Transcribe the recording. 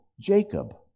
Jacob